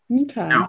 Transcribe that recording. Okay